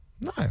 No